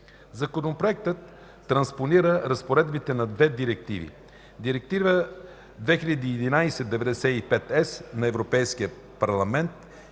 Законопроектът транспонира разпоредбите на две директиви: Директива 2011/95/ЕС на Европейския парламент